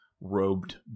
robed